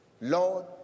Lord